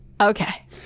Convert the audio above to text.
Okay